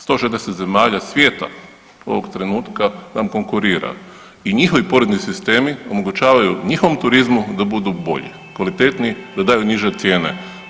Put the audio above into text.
160 zemalja svijeta ovog trenutka nam konkurira i njihovi porezni sistemi omogućavaju njihovom turizmu da budu bolji, kvalitetniji da daju niže cijene.